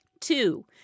Two